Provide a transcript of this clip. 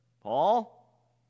Paul